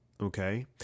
Okay